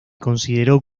consideró